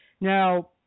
Now